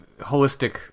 holistic